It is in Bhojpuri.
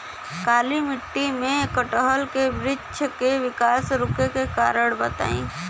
काली मिट्टी में कटहल के बृच्छ के विकास रुके के कारण बताई?